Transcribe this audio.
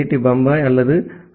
D Bombay அல்லது ஐ